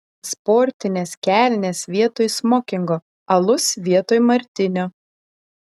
sportinės kelnės vietoj smokingo alus vietoj martinio